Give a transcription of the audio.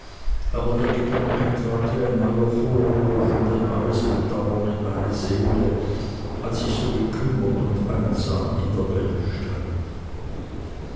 aber der gedanke trat wie ein neuer vorwurf und ein neues bedauern in meine seele als ich so bekümmert und einsam in der welt dastand